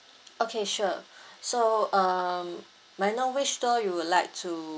okay sure so um may I know which store you would like to